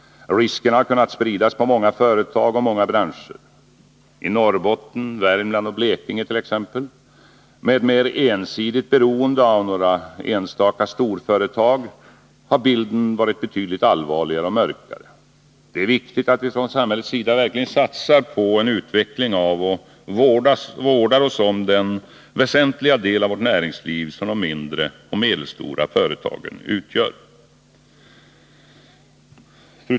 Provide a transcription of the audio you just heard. Riskerna har kunnat spridas på många företag och många branscher. I t.ex. Norrbotten, Värmland och Blekinge med ett mer ensidigt beroende av några enstaka storföretag har bilden varit betydligt allvarligare och mörkare. Det är viktigt att vi från samhällets sida verkligen satsar på en utveckling av och vårdar oss om den väsentliga del av vårt näringsliv som de mindre och medelstora företagen utgör.